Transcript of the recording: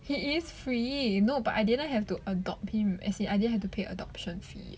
he is free you know but I didn't have to adopt him as in I didn't have to pay adoption fee